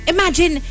Imagine